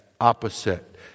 opposite